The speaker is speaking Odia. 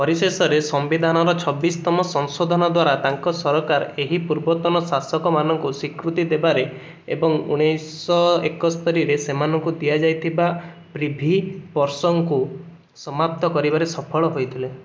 ପରିଶେଷରେ ସମ୍ବିଧାନର ଛବିସତମ ସଂଶୋଧନ ଦ୍ୱାରା ତାଙ୍କ ସରକାର ଏହି ପୂର୍ବତନ ଶାସକମାନଙ୍କୁ ସ୍ୱୀକୃତି ଦେବାରେ ଏବଂ ଉଣେଇଶହ ଏକସ୍ତରିରେ ସେମାନଙ୍କୁ ଦିଆଯାଇଥିବା ପ୍ରିଭିପର୍ସଙ୍କୁ ସମାପ୍ତ କରିବାରେ ସଫଳ ହୋଇଥିଲେ